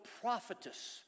prophetess